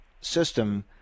system